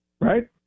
Right